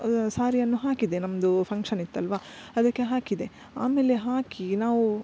ಸಾರಿಯನ್ನು ಹಾಕಿದೆ ನಮ್ದು ಫಂಕ್ಷನ್ ಇತ್ತಲ್ವಾ ಅದಕ್ಕೆ ಹಾಕಿದೆ ಆಮೇಲೆ ಹಾಕಿ ನಾವು